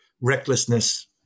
recklessness